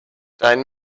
dein